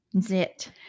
Zit